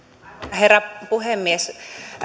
herra puhemies